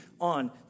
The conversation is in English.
on